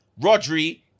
Rodri